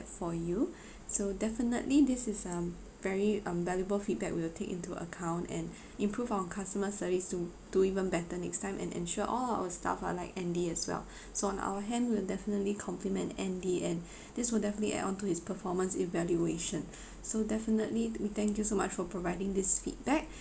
for you so definitely this is um very um valuable feedback we will take into account and improve our customer service to do even better next time and ensure all our staff are like andy as well so on our hand we'll definitely compliment andy and this will definitely add on to his performance evaluation so definitely we thank you so much for providing this feedback